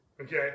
Okay